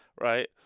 right